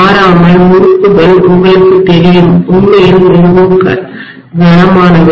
மாறாமல் முறுக்குகள் உங்களுக்குத் தெரியும் உண்மையில் மிகவும் கனமானவை